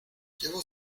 llevo